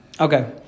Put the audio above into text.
Okay